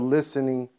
listening